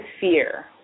fear